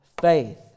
faith